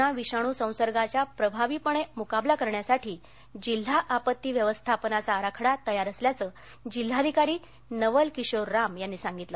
corona विषाणू संसर्गाचा प्रभावीपणे मुकाबला करण्यासाठी जिल्हा आपत्ती व्यवस्थापनाचा आराखडा तयार असल्याचं जिल्हाधिकारी नवल किशोर राम यांनी सांगितलं